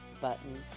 button